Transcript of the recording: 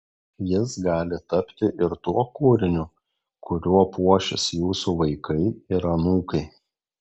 jis gali tapti ir tuo kūriniu kuriuo puošis jūsų vaikai ir anūkai